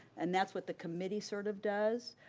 and that's what the committee sort of does.